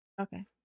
Okay